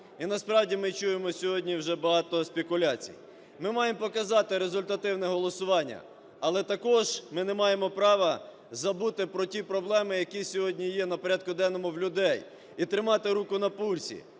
І насправді ми чуємо сьогодні вже багато спекуляцій. Ми маємо показати результативне голосування, але також ми не маємо права забути про ті проблеми, які сьогодні є на порядку денному у людей, і тримати руку на пульсі,